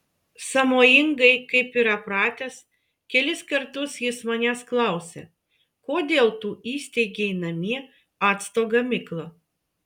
sąmojingai kaip yra pratęs kelis kartus jis manęs klausė kodėl tu įsteigei namie acto gamyklą